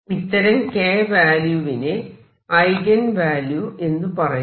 ഇത്തരം k വാല്യൂവിനെ eigen value എന്ന് പറയുന്നു